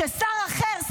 -- כששר אחר,